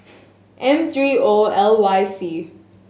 M three O L Y C